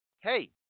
hey